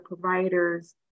providers